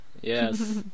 Yes